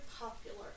popular